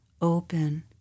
open